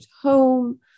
home